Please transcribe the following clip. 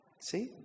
See